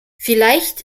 vielleicht